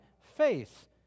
faith